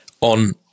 on